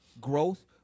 growth